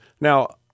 Now